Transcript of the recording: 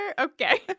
Okay